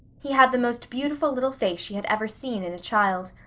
he had the most beautiful little face she had ever seen in a child.